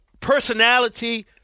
personality